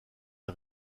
les